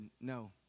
no